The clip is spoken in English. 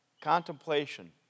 Contemplation